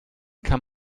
kann